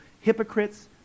hypocrites